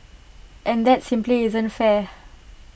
and that simply isn't fair